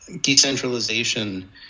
Decentralization